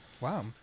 Wow